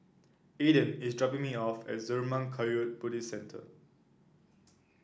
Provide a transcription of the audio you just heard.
Aaden is dropping me off at Zurmang Kagyud Buddhist Centre